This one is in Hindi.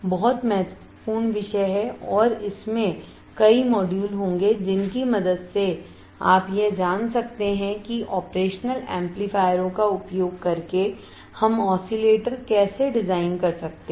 बहुत महत्वपूर्ण विषय है और इसमें कई मॉड्यूल होंगे जिनकी मदद से आप यह जान सकते हैं कि ऑपरेशनल एम्पलीफायरोंopearational का उपयोग करके हम ऑसिलेटर कैसे डिज़ाइन कर सकते हैं